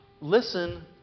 listen